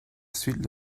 suite